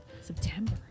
September